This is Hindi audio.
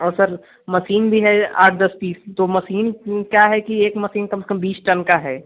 और सर मशीन भी है आठ दस पीस तो मशीन क्या है कि एक मशीन कम से कम बीस टन की है